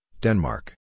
Denmark